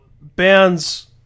bands